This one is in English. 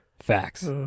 facts